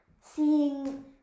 seeing